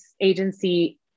agency